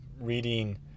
reading